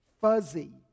fuzzy